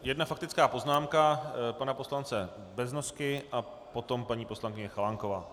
Jedna faktická poznámka pana poslance Beznosky a potom paní poslankyně Chalánková.